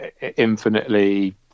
infinitely